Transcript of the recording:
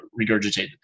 regurgitated